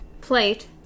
plate